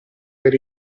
per